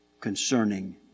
concerning